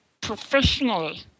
professionally